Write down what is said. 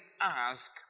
ask